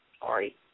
Sorry